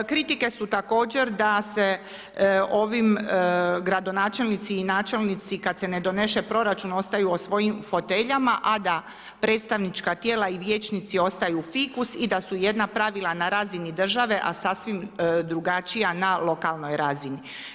Kritike su također da se ovim gradonačelnici i načelnici kada se ne donese proračun ostaju u svojim foteljama, a da predstavnička tijela i vijećnici ostaju fikus i da su jedna pravila na razini države, a sasvim drugačija na lokalnoj razini.